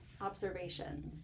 observations